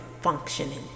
functioning